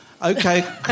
Okay